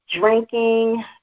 drinking